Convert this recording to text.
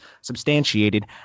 substantiated